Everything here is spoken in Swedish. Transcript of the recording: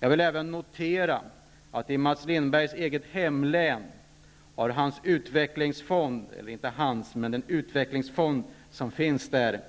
Jag vill även notera att i Mats Lindbergs eget hemlän har den utvecklingsfond som finns där